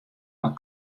mar